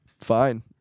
Fine